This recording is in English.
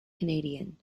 canadian